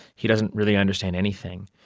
he doesn't really understand anything.